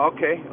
Okay